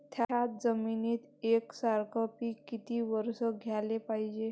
थ्याच जमिनीत यकसारखे पिकं किती वरसं घ्याले पायजे?